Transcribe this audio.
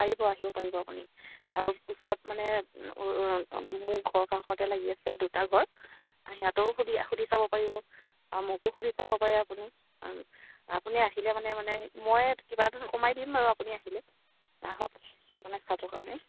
পাৰিব আহিব পাৰিব আপুনি আৰু ওচৰত মানে মোৰ ঘৰৰ কাষতে লাগি আছে দুটা ঘৰ সিহঁতকো সুধি সুধি চাব পাৰিব আৰু মোকো সুধি চাব পাৰে আপুনি আপুনি আহিলে মানে মানে মই কিবা এটাতো কমাই দিম বাৰু আপুনি আহিলে আহক মানে চাবৰ কাৰণে